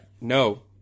no